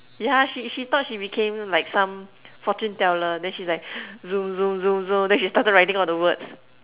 yeah she she thought she became like some Fortune teller then she's like zoom zoom zoom zoom then she started writing all the words